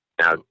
Now